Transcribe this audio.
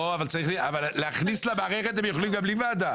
לא, אבל להכניס למערכת הם יכולים גם בלי ועדה.